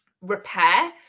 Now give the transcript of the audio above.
repair